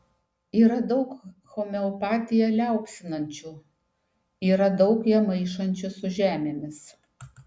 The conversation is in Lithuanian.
yra daug homeopatiją liaupsinančių yra daug ją maišančių su žemėmis